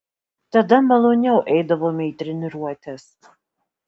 tada maloniau eidavome į treniruotes